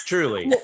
Truly